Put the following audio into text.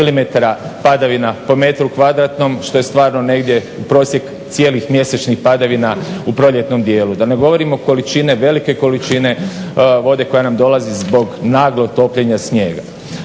padavina po metru kvadratnom što je stvarno negdje u prosjek cijelih mjesečnih padavina u proljetnom dijelu. Da ne govorimo količine, velike količine vode koja nam dolazi zbog naglog topljenja snijega.